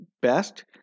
best